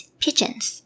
pigeons